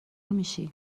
میشی